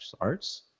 arts